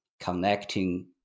connecting